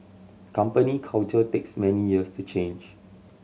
company culture takes many years to change